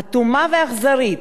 אטומה ואכזרית,